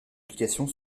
publications